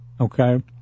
okay